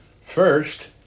First